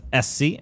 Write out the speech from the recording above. SC